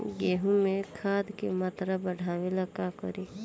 गेहूं में खाद के मात्रा बढ़ावेला का करी?